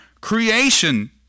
creation